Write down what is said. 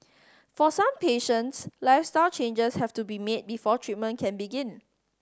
for some patients lifestyle changes have to be made before treatment can begin